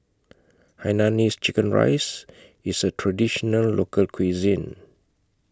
Hainanese Chicken Rice IS A Traditional Local Cuisine